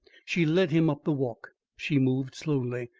she led him up the walk. she moved slowly,